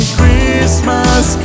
Christmas